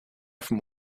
vom